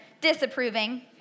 disapproving